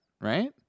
right